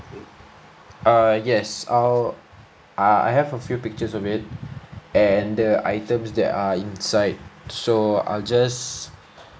err yes I'll ah I have a few pictures of it and the items that are inside so I'll just